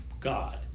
God